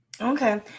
Okay